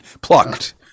plucked